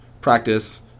Practice